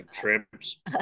Shrimps